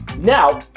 Now